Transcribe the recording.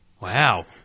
Wow